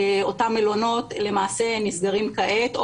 אותם מלונות למעשה נסגרים כעת,